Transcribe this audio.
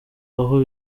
aho